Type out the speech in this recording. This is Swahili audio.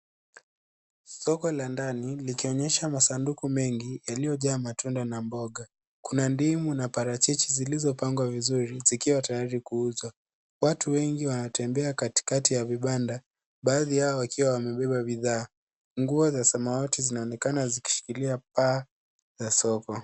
Soko la ndani likionyesha masanduku mengi, yaliyojaa matunda na mboga. Kuna ndimu na parachichi zilizopangwa vizuri zikiwa tayari kuuzwa. Watu wengi wanatembea katikati ya vibanda, baadhi yao wakiwa wamebeba bidhaa. Nguo za samawati zinaonekana zikishikilia paa la soko.